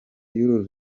y’uru